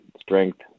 strength